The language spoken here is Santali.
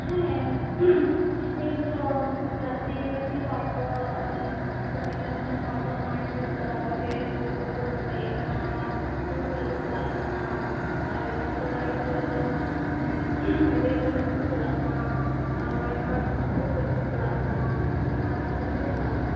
ᱦᱮᱸ ᱮᱭ ᱫᱷᱚᱨᱚ ᱪᱟᱥᱤ ᱵᱟᱥᱤ ᱦᱚᱲ ᱫᱚ ᱠᱟᱹᱢᱤ ᱡᱚᱢ ᱧᱩ ᱦᱚᱲᱫᱚ ᱢᱟᱴᱷᱨᱮ ᱪᱟᱞᱟᱣ ᱠᱟᱛᱮ ᱦᱩᱲᱩ ᱠᱚ ᱠᱚ ᱨᱚᱦᱚᱭᱮᱫ ᱠᱟᱱᱟ ᱦᱩᱲᱩ ᱨᱚᱦᱚᱭ ᱠᱚ ᱪᱟᱞᱟᱜ ᱠᱟᱱᱟ ᱟᱨ ᱠᱚᱲᱟ ᱜᱤᱫᱽᱨᱟᱹ ᱫᱚ ᱚᱱᱮ ᱨᱮᱞ ᱠᱟᱹᱢᱤ ᱠᱚ ᱠᱚ ᱪᱟᱞᱟᱜ ᱠᱟᱱᱟ ᱟᱨ ᱨᱚᱴ ᱠᱟᱨᱠᱷᱟᱱᱟ ᱠᱚᱨᱮ ᱠᱚ ᱠᱚ ᱪᱟᱞᱟᱜ ᱠᱟᱱᱟ ᱮᱢᱟᱱ ᱮᱢᱟᱱ ᱠᱚᱨᱮᱠᱚ ᱪᱟᱞᱟᱜ ᱠᱟᱱᱟ